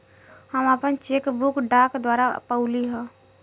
हम आपन cheque book डाक द्वारा पउली है